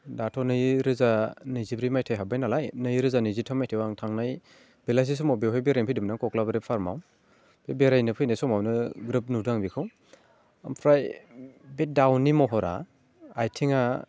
दाथ' नैरोजा नैजिब्रै मायथाइ हाबबाय नालाय नैरोजा नैजिथाम मायथाइआव थांनाय बेलासि समाव बेवहाय बेरायनो फैदोंमोन आं कक्लाबारि फार्मआव बे बेरायनो फैनाय समावनो ग्रोब नुदों आं बेखौ ओमफ्राय बे दाउनि महरा आइथिङा